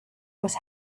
was